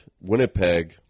Winnipeg